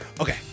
Okay